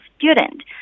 student